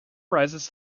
rises